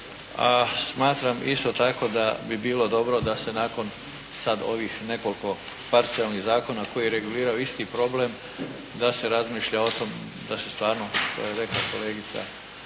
A smatram isto tako da bi bilo dobro da se nakon sad ovih nekoliko parcijalnih zakona koji reguliraju isti problem, da se razmišlja o tom da se stvarno što je rekla kolegica